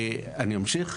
אנשים.